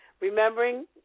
Remembering